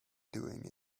doing